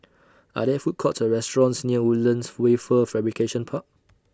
Are There Food Courts Or restaurants near Woodlands Wafer Fabrication Park